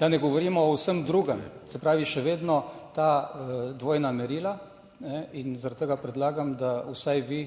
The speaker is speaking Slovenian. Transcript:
da ne govorimo o vsem drugem, se pravi, še vedno ta dvojna merila, in zaradi tega predlagam, da vsaj vi